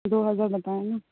دو ہزار بتایے نا